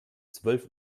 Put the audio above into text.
zwölf